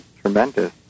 tremendous